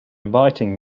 inviting